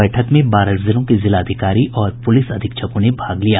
बैठक में बारह जिलों के जिलाधिकारी और पूलिस अधीक्षकों ने भाग लिया